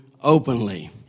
openly